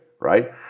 right